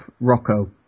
Rocco